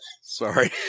Sorry